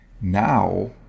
now